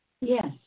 Yes